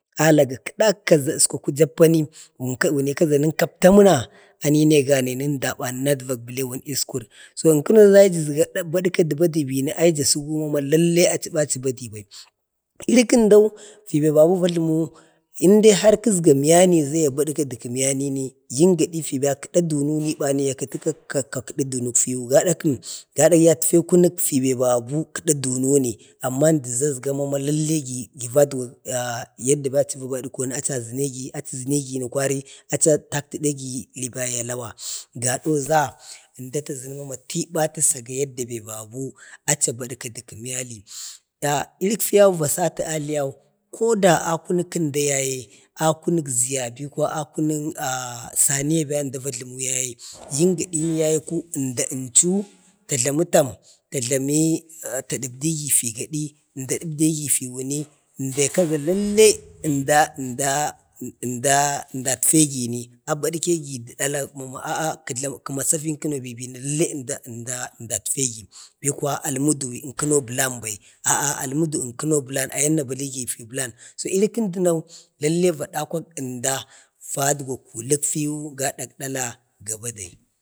alaga kədakka za uskwaku jappani wunka za nə kapti aməna, ai nai gane, nunda ba ma bilaiwun uskur znkəno yaye ai jasga barka badi bina ai jasəgə ai achi badi bai, iri kəndau fiba babu a jlumu indai har kəsga məyani za yabadə də məyani ni yim gaiya ka fiba kəda dununi ya kəti ka kadi dunuk fiu, gada kəm? gadak yatfe kunuk febabu kəda dununi, amma əmdəa əzga ma lalle gi va dukwa yadda be acha dukwa to lallene achi azənegi na kwari achi a tatkədegi liba ya lawa. gadau za ənda tazənə mama tiba də saga yadda be babu acha bəru dək əmnyali. ah irik fiya vasatu a liyau. koda a kunu kənda yaye, akunu ziya bi kwaya a kunuk ah saniya ben əmda vajlumu yaye, yim gadi yaye əmda unchu tajlami tam, tajlami ta dəbdigi, əmda a dəbdegi fiu ni, əmdaika za lallw, ənda- ənda a ənda atfegini a babkegi də dala ma a a kə masa fin kənu bai, bina lallai əmda atfegibi kuwa almədii ənkəno bəlan bai. a'a almədu ənkəno bələnbai, ayan nabaligi fi bəlan. iri kəndənau lallai va dawha əndi da dəku kulukfiu ga badai